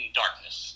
darkness